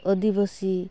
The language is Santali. ᱟᱹᱫᱤᱵᱟᱹᱥᱤ